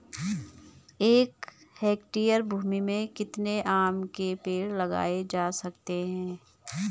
एक हेक्टेयर भूमि में कितने आम के पेड़ लगाए जा सकते हैं?